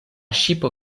ŝipo